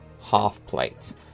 half-plate